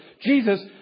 Jesus